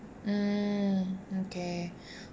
mm okay